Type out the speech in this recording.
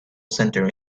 center